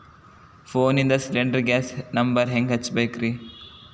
ಫೋನಿಂದ cylinder gas number ಹೆಂಗ್ ಹಚ್ಚ ಬೇಕ್ರಿ?